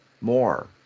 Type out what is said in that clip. more